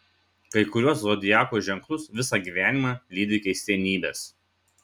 kai kuriuos zodiako ženklus visą gyvenimą lydi keistenybės